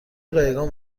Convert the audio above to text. رایگان